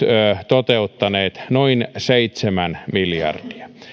toteuttaneet noin seitsemän miljardia